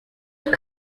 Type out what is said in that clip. have